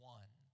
one